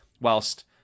Whilst